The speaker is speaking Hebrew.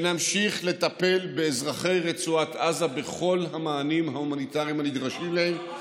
ונמשיך לטפל באזרחי רצועת עזה בכל המענים ההומניטריים הנדרשים להם,